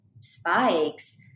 spikes